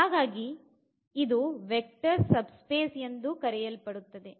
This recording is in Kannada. ಹಾಗಾಗಿ ಇದು ವೆಕ್ಟರ್ ಸಬ್ ಸ್ಪೇಸ್ ಎಂದೂ ಕರೆಯಲ್ಪಡುತ್ತದೆ